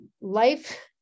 life